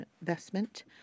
investment